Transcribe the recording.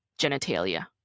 genitalia